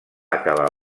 acabar